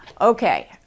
Okay